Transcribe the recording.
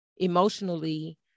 emotionally